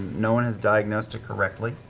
no one has diagnosed it correctly.